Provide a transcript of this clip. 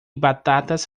batatas